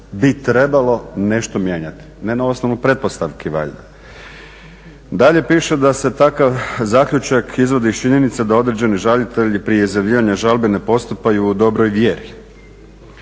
bi trebalo nešto mijenjati. Ne na osnovu pretpostavki valjda. Dalje piše da se takav zaključak izvodi iz činjenice da određeni žalitelji prije izjavljivanja žalbe ne postupaju u dobroj vjeri.